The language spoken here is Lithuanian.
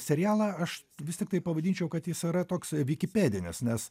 serialą aš vis tiktai pavadinčiau kad jis yra toks vikipedinis nes